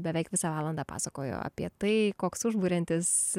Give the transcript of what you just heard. beveik visą valandą pasakojo apie tai koks užburiantis